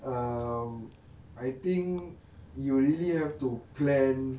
um I think you really have to plan